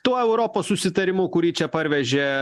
tuo europos susitarimu kurį čia parvežė